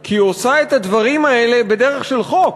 כי היא עושה את הדברים האלה בדרך של חוק.